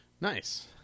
Nice